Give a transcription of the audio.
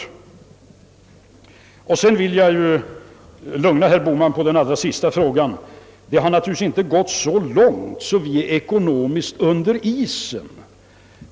Jag vill också lugna herr Bohman genom att säga, att det har naturligtvis inte gått så långt att vårt land är ekonomiskt under isen.